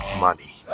money